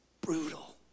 brutal